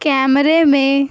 کیمرے میں